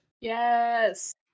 Yes